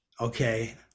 okay